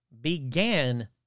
began